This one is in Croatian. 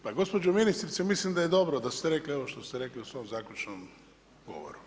Pa gospođo ministrice, mislim da je dobro da ste rekli ovo što ste rekli u svom zaključnom govoru.